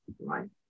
right